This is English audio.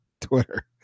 Twitter